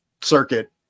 Circuit